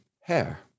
hair